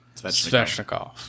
Sveshnikov